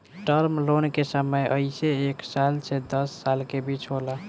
term loan के समय अइसे एक साल से दस साल के बीच होला